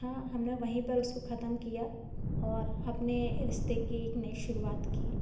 था हमनें वहीं पर उसको खतम किया और अपने रिश्ते की एक नई शुरुआत की